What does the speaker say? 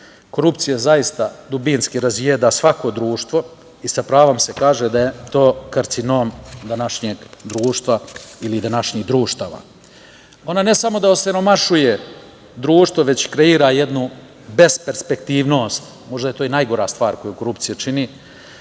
Korupcija zaista dubinski razjeda svako društvo i sa pravom se kaže da je to karcinom današnjeg društva ili današnjih društava. Ona ne samo da osiromašuje društvo, već kreira besperspektivnost, možda je to i najgora stvar koju korupcija čini.